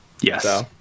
Yes